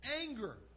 anger